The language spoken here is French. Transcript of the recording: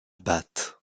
batte